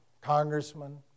congressman